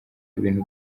ibintu